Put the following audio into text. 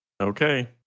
Okay